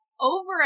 Over